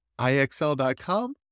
IXL.com